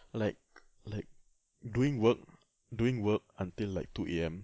like like doing work doing work until like two A_M